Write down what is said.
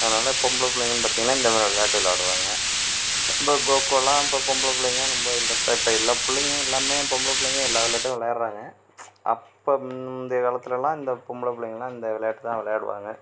அதனால் பொம்பளை பிள்ளைங்கனு பார்த்திங்கனா இந்தமாதிரி விளையாட்டு விளையாடுவாங்க இப்போ கொக்கோலாம் இப்போ பொம்பளை புள்ளைங்க ரொம்ப இன்ட்ரெஸ்ட்டாக இப்போ இல்லை பிள்ளைங்க எல்லாமே பொம்பளை பிள்ளைங்க எல்லா விளையாட்டும் விளையாடறாங்க அப்போ முந்தைய காலத்திலல்லாம் இந்த பொம்பளை பிள்ளைங்கெல்லாம் இந்த விளையாட்டு தான் விளையாடுவாங்க